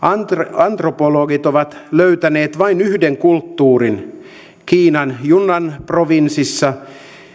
antropologit ovat löytäneet vain yhden kulttuurin kiinan yunnanin provinssissa